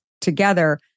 together